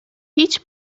هیچ